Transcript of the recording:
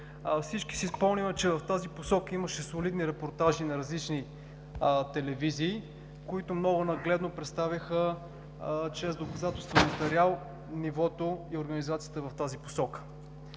Всички си спомняме, че в тази посока имаше солидни репортажи на различни телевизии, които много нагледно представиха чрез доказателствен материал нивото и организацията в тази посока.